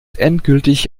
endgültig